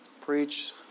preach